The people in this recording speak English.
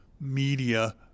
media